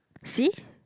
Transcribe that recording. see